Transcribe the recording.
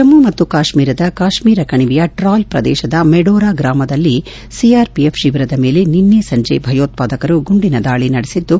ಜಮ್ನು ಮತ್ತು ಕಾಶ್ಮೀರದ ಕಾಶ್ಮೀರ ಕಣಿವೆಯ ಟ್ರಾಲ್ ಪ್ರದೇಶದ ಮೆಡೋರಾ ಗ್ರಾಮದಲ್ಲಿನ ಸಿಆರ್ಪಿಎಫ್ ಶಿಬಿರದ ಮೇಲೆ ನಿನ್ನೆ ಸಂಜೆ ಭಯೋತ್ಪಾದಕರು ಗುಂಡಿನ ದಾಳಿ ನಡೆಸಿದ್ದು